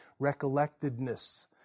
recollectedness